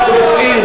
חבר הכנסת בן-ארי,